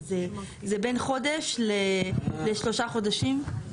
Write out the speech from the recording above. זה בין חודש לשלושה חודשים.